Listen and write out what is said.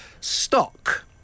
Stock